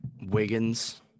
Wiggins